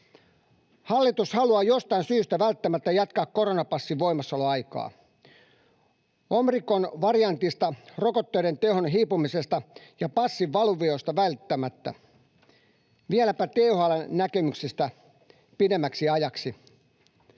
Hallitus haluaa jostain syystä välttämättä jatkaa koronapassin voimassaoloaikaa omikronvariantista, rokotteiden tehon hiipumisesta ja passin valuvioista välittämättä, vieläpä THL:n näkemyksiä pidemmäksi ajaksi.